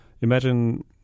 Imagine